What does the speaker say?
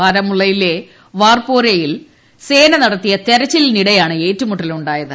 ബരാമുള്ളയിലെ വാർപോരയിൽ സേന നടത്തിയ തെരച്ചിലിനിടെയാണ് ഏറ്റുമുട്ടൽ ഉണ്ടായത്